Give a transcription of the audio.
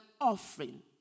offering